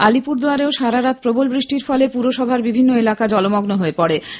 আলিপুরদুয়ারেও সারারাত প্রবল বৃষ্টির ফলে পুরসভার বিভিন্ন এলাকা জলমগ্ন হয়ে পড়েছে